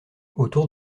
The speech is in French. autour